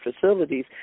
facilities